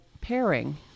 pairing